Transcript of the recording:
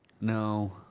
no